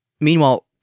Meanwhile